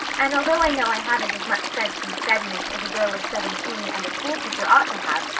and, although i know i haven't as much sense and steadiness as a girl of seventeen and a schoolteacher ought to have,